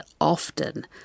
often